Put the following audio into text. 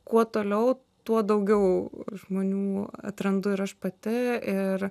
kuo toliau tuo daugiau žmonių atrandu ir aš pati ir